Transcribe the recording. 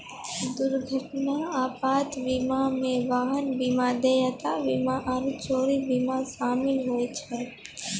दुर्घटना आपात बीमा मे वाहन बीमा, देयता बीमा आरु चोरी बीमा शामिल होय छै